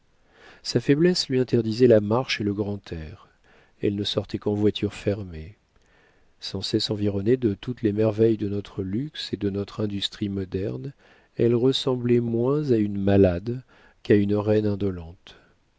sa faiblesse lui interdisait la marche et le grand air elle ne sortait qu'en voiture fermée sans cesse environnée de toutes les merveilles de notre luxe et de notre industrie modernes elle ressemblait moins à une malade qu'à une reine indolente